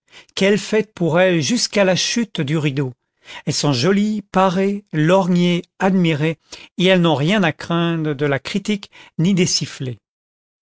quelle fête pour elles jusqu'à la chute du rideau elles sont jolies parées lorgnées admirées et elles n'ont rien à craindre de la critique ni des